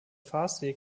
fahrstil